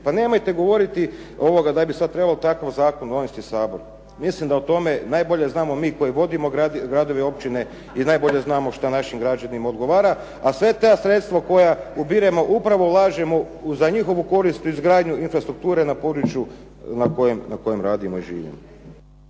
Pa nemojte govoriti ovoga da bi sad trebalo takav zakon donijeti u Sabor. Mislim da o tome najbolje znamo mi koji vodimo gradove i općine i najbolje znamo što našim građanima odgovara. A sva ta sredstva koja ubiremo upravo ulažemo za njihovu korist u izgradnju infrastrukture na području na kojem radimo i živimo.